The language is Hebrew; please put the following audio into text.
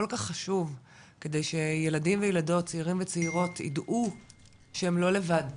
כל כך חשוב כדי שילדים וילדות צעירים וצעירות ידעו שהם לא לבד,